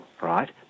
right